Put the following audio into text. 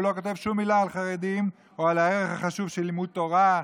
הוא לא כותב שום מילה על חרדים או על הערך החשוב של לימוד תורה,